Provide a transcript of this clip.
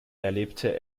erlebte